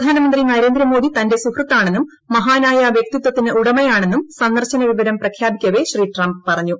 പ്രധാനമന്ത്രി നരേന്ദ്ര മോദി തന്റെ സുഹൃത്താണെന്നും മഹാനായ വ്യക്തിത്വത്തിനുടമയാണെന്ന സന്ദർശന വിവരം പ്രഖ്യാപിക്കവെ ശ്രീ ട്രംപ് പറഞ്ഞു